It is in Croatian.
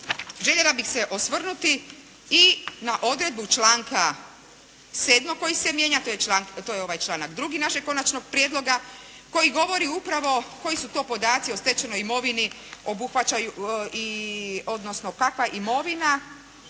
željela bih se osvrnuti i na odredbu članka 7. koji se mijenja, to je ovaj članak 2. našeg konačnog prijedloga koji govori upravo koji su to podaci o stečenoj imovini odnosno kakva imovina